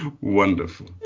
Wonderful